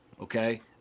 Okay